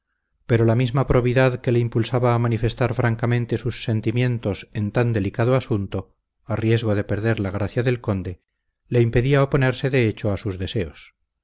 pero la misma probidad que le impulsaba a manifestar francamente sus sentimientos en tan delicado asunto a riesgo de perder la gracia del conde le impedía oponerse de hecho a sus deseos